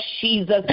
Jesus